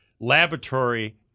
laboratory